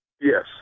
Yes